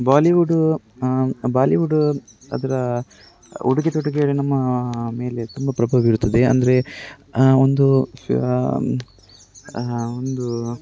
Bollywood Bollywood ಅದರ ಉಡುಗೆ ತೊಡುಗೆ ನಮ್ಮ ಮೇಲೆ ತುಂಬ ಪ್ರಭಾವ ಬೀರುತ್ತದೆ ಅಂದರೆ ಒಂದು ಒಂದು